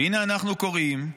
והינה אנחנו קוראים: